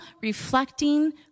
reflecting